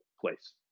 place